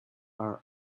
are